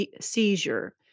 seizure